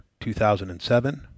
2007